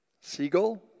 Seagull